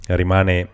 rimane